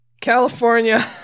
California